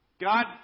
God